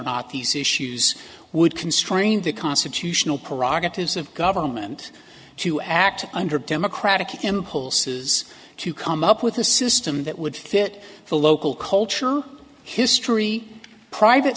not these issues would constrain the constitutional prerogatives of government to act under democratic impulses to come up with a system that would fit the local culture history private